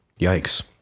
yikes